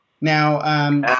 Now